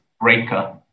breaker